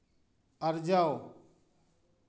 ᱟᱨᱡᱟᱣ